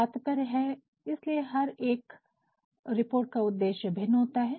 तात्पर्य है इसलिए हर एक रिपोर्ट का उद्देश्य भिन्न होता है